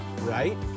right